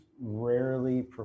rarely